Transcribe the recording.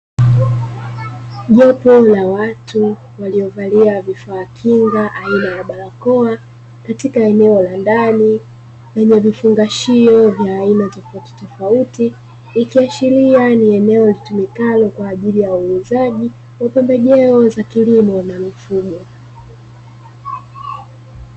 Jopo la watu waliovalia vifaa kinga aina ya barakoa katika eneo la ndani lenye vifungashio vya aina tofautitofauti, ikiashiria ni eneo litumikalo kwa ajili ya uuzaji wa pembejeo za kilimo na mifugo.